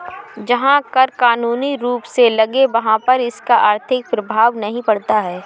जहां कर कानूनी रूप से लगे वहाँ पर इसका आर्थिक प्रभाव नहीं पड़ता